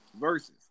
Versus